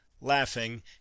laughing